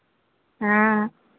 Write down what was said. हाँ